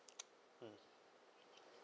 mm